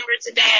today